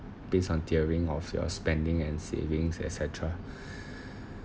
based on tiering of your spending and savings et cetera